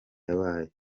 yabaye